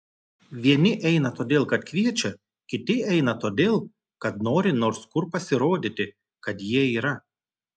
vieni eina todėl kad kviečia kiti eina todėl kad nori nors kur pasirodyti kad jie yra